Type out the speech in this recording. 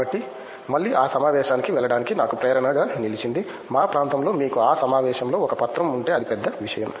కాబట్టి మళ్ళీ ఆ సమావేశానికి వెళ్ళడానికి నాకు ప్రేరణగా నిలిచింది మా ప్రాంతంలో మీకు ఆ సమావేశంలో ఒక పత్రం ఉంటే అది పెద్ద విషయం